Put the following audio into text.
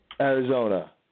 Arizona